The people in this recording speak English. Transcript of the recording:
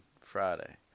Friday